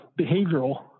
behavioral